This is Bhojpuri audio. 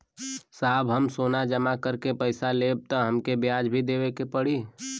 साहब हम सोना जमा करके पैसा लेब त हमके ब्याज भी देवे के पड़ी?